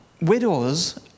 widows